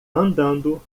andando